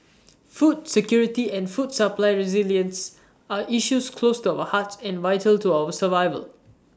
food security and food supply resilience are issues close to our hearts and vital to our survival